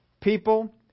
People